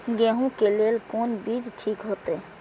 गेहूं के लेल कोन बीज ठीक होते?